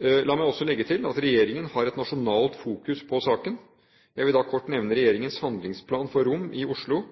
La meg også legge til at regjeringen har et nasjonalt fokus på saken. Jeg vil kort nevne regjeringens handlingsplan for romene i Oslo